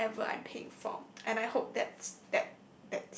whatever I'm paying for and I hope that's that